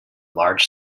large